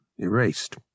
erased